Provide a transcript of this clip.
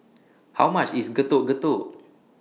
How much IS Getuk Getuk